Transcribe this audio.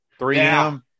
3M